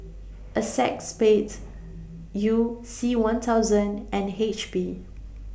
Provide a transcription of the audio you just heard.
ACEXSPADE YOU C one thousand and H P